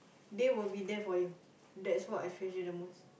they will be there for you that's what I treasure the most